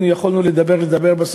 יכולנו לדבר ולדבר,